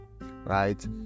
Right